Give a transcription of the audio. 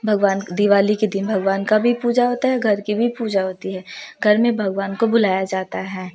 भगवान दिवाली के दिन भगवान का भी पूजा होता है घर की भी पूजा होती है घर में भगवान को बुलाया जाता है